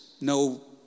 no